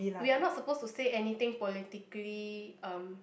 we are not supposed to say anything politically um